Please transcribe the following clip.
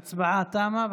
ההצבעה תמה.